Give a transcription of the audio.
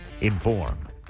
inform